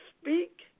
speak